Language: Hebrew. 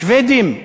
שבדים?